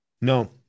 No